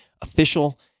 Official